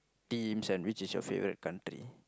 teams and which is your favourite country